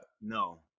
No